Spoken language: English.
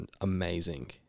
amazing